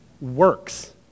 works